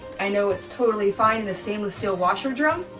i know it's totally fine in a stainless steel washer drum.